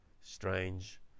strange